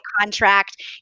contract